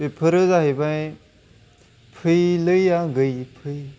बेफोरो जाहैबाय फैलै आगै फै